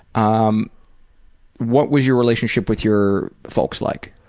um what was your relationship with your folks like?